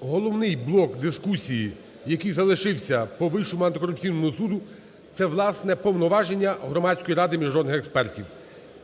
головний блок дискусії, який залишився по Вищому антикорупційному суду, - це, власне, повноваження Громадської ради міжнародних експертів.